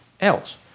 else